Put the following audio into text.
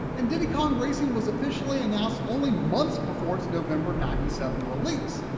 and diddy kong racing was officially announced only months before its november ninety seven release,